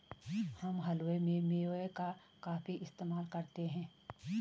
हम हलवे में मेवे का काफी इस्तेमाल करते हैं